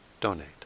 donate